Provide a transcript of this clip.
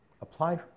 apply